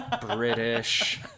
British